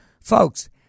Folks